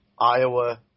Iowa